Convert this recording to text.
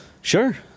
Sure